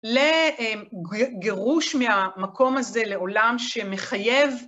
לגירוש מהמקום הזה לעולם שמחייב.